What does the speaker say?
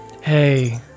Hey